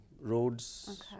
roads